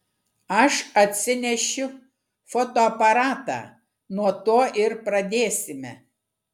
aš atsinešiu fotoaparatą nuo to ir pradėsime